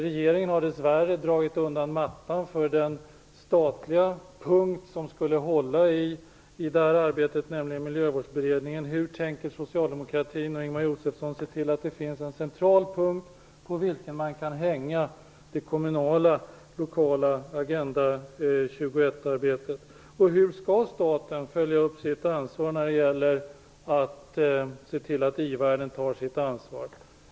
Regeringen har dess värre dragit undan mattan för den statliga beredning som skulle hålla i det här arbetet, nämligen Miljövårdsberedningen. Hur tänker socialdemokraterna och Ingemar Josefsson se till att det finns en central punkt på vilken man kan hänga det kommunala lokala arbetet med Agenda 21? Hur skall staten följa upp sitt ansvar när det gäller att se till att ivärlden tar sitt ansvar?